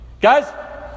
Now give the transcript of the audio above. Guys